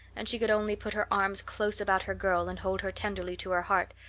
and she could only put her arms close about her girl and hold her tenderly to her heart,